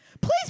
please